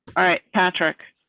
all right, patrick,